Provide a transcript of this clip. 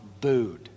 booed